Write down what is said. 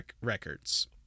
records